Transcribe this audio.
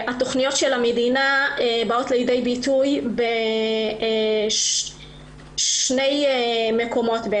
התוכניות של המדינה באות לידי ביטוי בעיקר בשני מקומות.